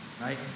Right